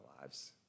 lives